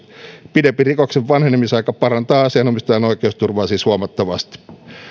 pidempi rikoksen vanhenemisaika parantaa asianomistajan oikeusturvaa siis huomattavasti